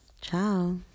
Ciao